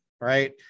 Right